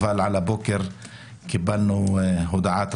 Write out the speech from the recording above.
אבל הבוקר קיבלנו הודעה טרגית,